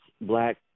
black